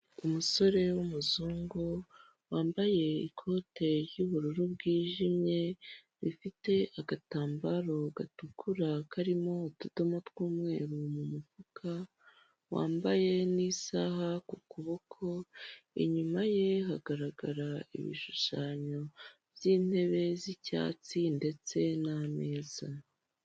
Umusore w'umuzungu, wambaye ikoti ry'ubururu bwijimye, rifite agatambaro gatukura karimo utudomo tw'umweru mu mufuka, wambaye n'isaha ku kuboko, inyuma ye hagaragara ibishushanyo by'intebe z'icyatsi ndetse n'ameza.